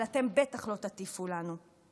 אבל אתם בטח לא תטיפו לנו.